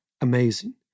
amazing